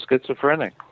schizophrenic